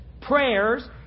prayers